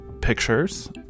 pictures